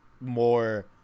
more